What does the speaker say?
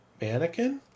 Mannequin